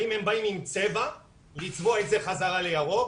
האם הם באים עם צבע לצבוע את זה חזרה לירוק?